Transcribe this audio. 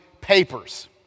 papers